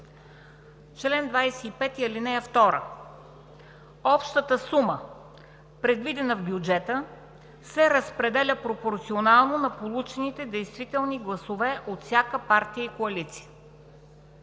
Член 25, ал. 2: „Общата сума, предвидена в бюджета, се разпределя пропорционално на получените действителни гласове от всяка партия и коалиция.“